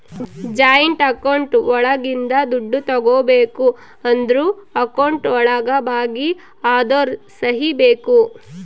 joint account ಒಳಗಿಂದ ದುಡ್ಡು ತಗೋಬೇಕು ಅಂದ್ರು ಅಕೌಂಟ್ ಒಳಗ ಭಾಗಿ ಅದೋರ್ ಸಹಿ ಬೇಕು